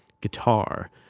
guitar